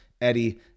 Eddie